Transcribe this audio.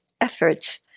efforts